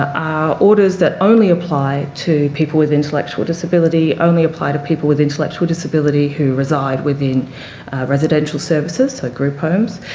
are orders that only apply to people with intellectual disability, only apply to people with intellectual disability who reside within residential services, so group homes.